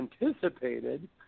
anticipated